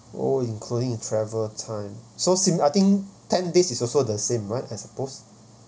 oh including the travel time so sim~ I think ten days is also the same right as both